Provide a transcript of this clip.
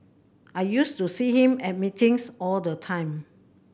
I used to see him at meetings all the time